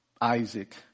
Isaac